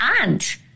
aunt